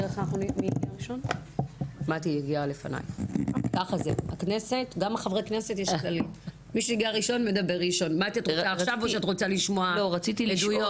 מטי, את רוצה עכשיו או שאת רוצה לשמוע עדויות?